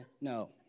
No